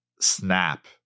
snap